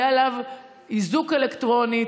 יהיה עליו איזוק אלקטרוני,